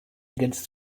against